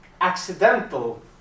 accidental